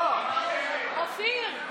אופיר,